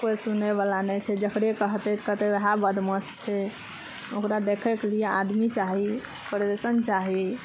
कोइ सुनै बला नहि छै जकरे कहतै तऽ कहतै वएह बदमास छै ओकरा देखैके लिए आदमी चाही प्रदर्शन चाही